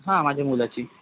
हां माझ्या मुलाची